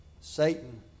Satan